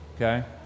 Okay